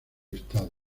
estado